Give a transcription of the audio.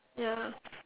ya